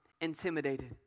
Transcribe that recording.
intimidated